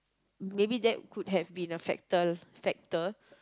maybe that could have been a factor factor